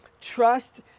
trust